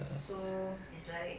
so it's like